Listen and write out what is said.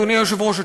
אדוני היושב-ראש,